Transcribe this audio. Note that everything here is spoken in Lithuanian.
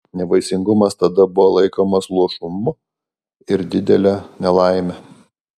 nevaisingumas tada buvo laikomas luošumu ir didele nelaime